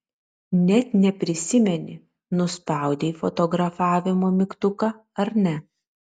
net neprisimeni nuspaudei fotografavimo mygtuką ar ne